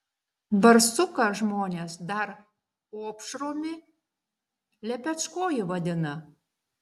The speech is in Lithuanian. barsuką žmonės dar opšrumi lepečkoju vadina